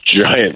giant